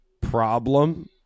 problem